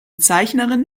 zeichnerin